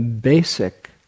basic